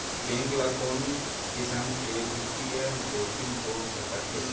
Bank ल कोन किसम के बित्तीय जोखिम हो सकत हे?